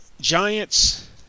Giants